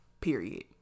period